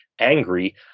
angry